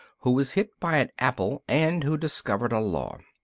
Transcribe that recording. who was hit by an apple, and who discovered a law.